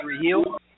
heal